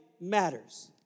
matters